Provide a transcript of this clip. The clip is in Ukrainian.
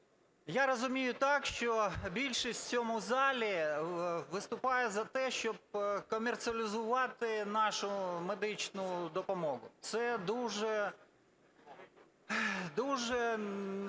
я розумію так, що більшість у цьому залі виступає за те, щоб комерціалізувати нашу медичну допомогу. Це дуже